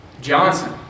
Johnson